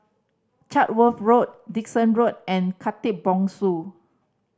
Chatsworth Road Dickson Road and Khatib Bongsu